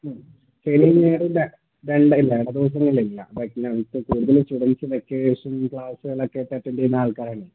മ് ശനി ഞായറും ഇല്ല ഇട ദിവസങ്ങളിൽ ഇല്ല ബാക്കി ഞങ്ങൾക്ക് കൂടുതലും സ്റ്റുഡൻസിന് വെക്കേഷൻ ക്ലാസുകളൊക്കെ അറ്റൻഡ് ചെയ്യുന്ന ആൾക്കരാണ്